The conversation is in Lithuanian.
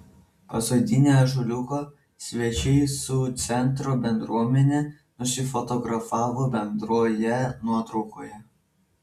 pasodinę ąžuoliuką svečiai su centro bendruomene nusifotografavo bendroje nuotraukoje